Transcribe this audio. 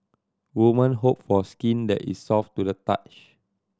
woman hope for skin that is soft to the touch